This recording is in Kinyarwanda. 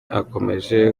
akomeje